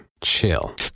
Chill